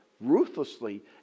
ruthlessly